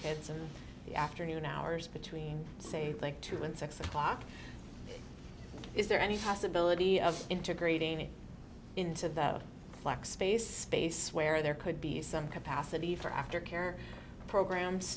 heads in the afternoon hours between say think two and six o'clock is there any possibility of integrating into the black space base where there could be some capacity for aftercare programs